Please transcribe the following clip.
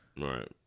Right